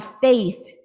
faith